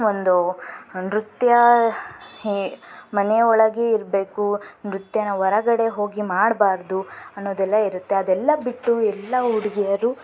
ಒಂದು ನೃತ್ಯ ಏಯ್ ಮನೆಯೊಳಗೇ ಇರಬೇಕು ನೃತ್ಯನ ಹೊರಗಡೆ ಹೋಗಿ ಮಾಡಬಾರದು ಅನ್ನೋದೆಲ್ಲ ಇರುತ್ತೆ ಅದೆಲ್ಲ ಬಿಟ್ಟು ಎಲ್ಲ ಹುಡುಗಿಯರು